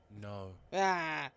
No